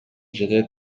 жетет